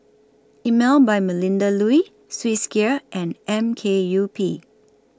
Emel By Melinda Looi Swissgear and M K U P